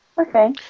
Okay